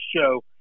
show